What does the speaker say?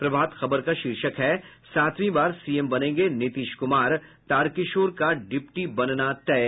प्रभात खबर का र्शीर्षक है सातवीं बार सीएम बनेंगे नीतीश कुमार तारकिशोर का डिप्टी बनना तय